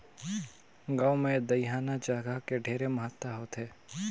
गांव मे दइहान जघा के ढेरे महत्ता होथे